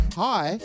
hi